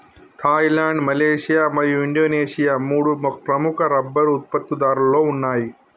Thailand, Malaysia మరియు Indonesia మూడు ప్రముఖ రబ్బరు ఉత్పత్తిదారులలో ఉన్నాయి